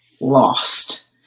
lost